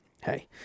Hey